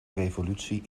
revolutie